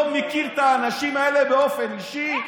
לא מכיר את האנשים האלה באופן אישי,